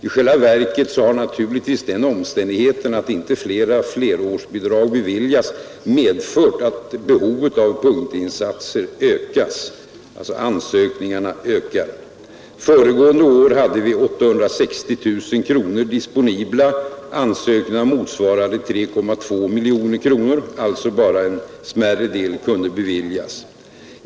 I själva verket har naturligtvis den omständigheten att ytterligare flerårsbidrag inte beviljas medfört att behovet av punktinsatser och antalet ansökningar om sådana ökar. Föregående år hade vi 860 000 kronor disponibla. Ansökningarna motsvarade 3,2 miljoner kronor. Alltså kunde bara en smärre del beviljas.